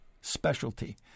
specialty